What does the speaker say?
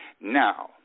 now